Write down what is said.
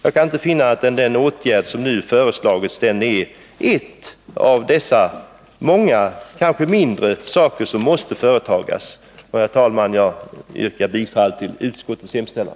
Jag kan inte finna annat än att vad som nu har föreslagits är en av dessa många, kanske mindre åtgärder som måste vidtagas. Herr talman! Jag yrkar bifall till utskottets hemställan.